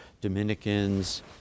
Dominicans